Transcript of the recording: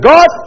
God